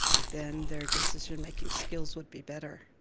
then their decision-making skills would be better,